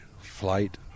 flight